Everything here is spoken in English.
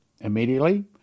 Immediately